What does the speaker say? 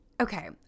okay